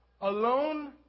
alone